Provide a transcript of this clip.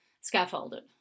scaffolded